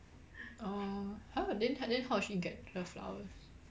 orh !huh! then h~ then how did she get the flowers